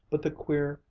but the queer,